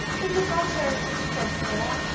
in the gutter, said sara.